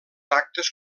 actes